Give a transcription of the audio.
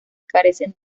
carecen